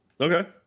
Okay